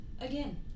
again